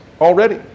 already